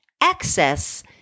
access